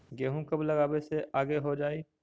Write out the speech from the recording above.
गेहूं कब लगावे से आगे हो जाई?